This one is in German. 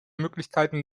möglichkeiten